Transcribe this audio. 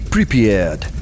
Prepared